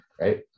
Right